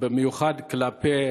במיוחד כלפי